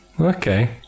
okay